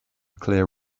clear